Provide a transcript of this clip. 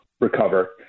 recover